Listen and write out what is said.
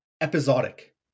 episodic